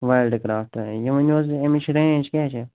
wild کرٛافٹہٕ یہِ ؤنٮ۪و حظ اَمِچ رینج کیٛاہ چھِ